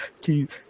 keep